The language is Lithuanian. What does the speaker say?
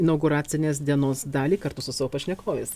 inauguracinės dienos dalį kartu su savo pašnekovais